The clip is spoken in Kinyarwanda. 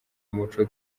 umuco